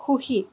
সুখী